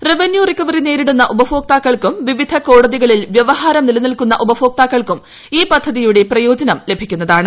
revenue recovery നേരിടുന്ന ഉപഭോക്താക്കൾക്കും വിവിധ കോടതികളിൽ വ്യവഹാരം നിലനിൽക്കുന്ന ഉപഭോക്താക്കൾക്കും ഈ പദ്ധതിയുടെ പ്രയോജനം ലഭിക്കുന്നതാണ്